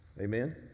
amen